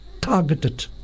targeted